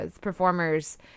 performers